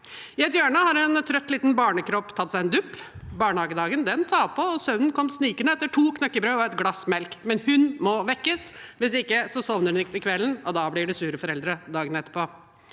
I et hjørne har en trøtt liten barnekropp tatt seg en dupp. Barnehagedagen tar på, og søvnen kom snikende etter to knekkebrød og et glass melk, men hun må vekkes, for hvis ikke sovner hun ikke til kvelden, og da blir det sure foreldre dagen etter.